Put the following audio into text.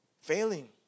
failing